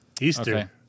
Easter